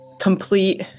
complete